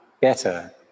better